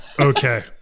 Okay